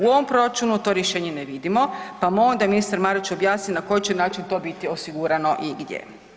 U ovom proračunu to rješenje ne vidimo pa molim da ministar Marić objasni na koji će način to biti osigurano i gdje.